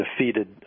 defeated